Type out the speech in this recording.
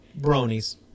Bronies